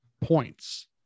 points